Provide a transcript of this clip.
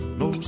no